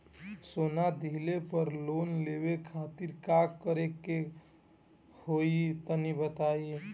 सोना दिहले पर लोन लेवे खातिर का करे क होई तनि बताई?